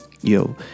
yo